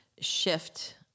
shift